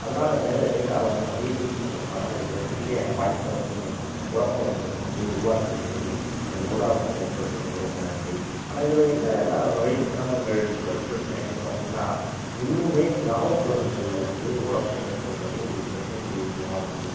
அதனாலே நிறைய டேட்டா வந்து நிறைய யூஸ் பண்ணுறதுக்கான ஒரு மிகப்பெரிய வாய்ப்பை வந்து நெ வோடஃபோன் நெட்ஒர்க் வந்து உருவாக்கி கொடுக்குது அதுக்கு வோடாஃபோன் நெட்ஒர்க்குக்கு வந்து ரொம்ப நன்றி ஆனால் இதில் என்ன நிறைய சிரமங்கள் நெட்ஒர்க் பிரச்சனை என்னன்று பார்த்திங்கன்னா இன்னும் கிராமப்புறங்களில் வந்து வோடாஃபோன் நெட்ஒர்க் வந்து ஒரு பிரச்சினைக்குரிய விஷயமாருக்குது